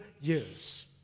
years